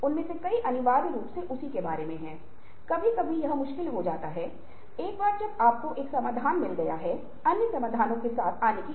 तो उस विशेष संदर्भ या स्थिति में क्या व्यक्तित्व लक्षण बहुत उपयुक्त होंगे